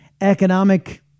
economic